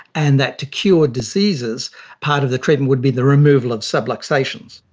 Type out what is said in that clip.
and that to cure diseases part of the treatment would be the removal of subluxations.